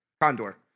Condor